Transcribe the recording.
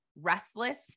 restless